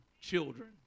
children